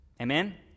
Amen